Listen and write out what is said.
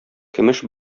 көмеш